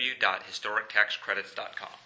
www.historictaxcredits.com